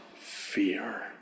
fear